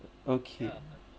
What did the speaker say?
okay